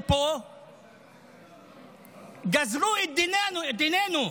גזרו את דיננו.